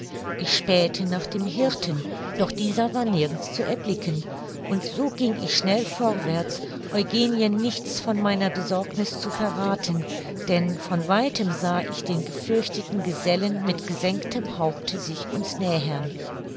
ich spähte nach dem hirten doch dieser war nirgends zu erblicken und so ging ich schnell vorwärts eugenien nichts von meiner besorgniß zu verrathen denn von weitem sah ich den gefürchteten gesellen mit gesenktem haupte sich uns nähern